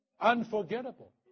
Unforgettable